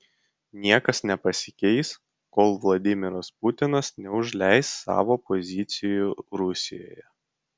niekas nepasikeis kol vladimiras putinas neužleis savo pozicijų rusijoje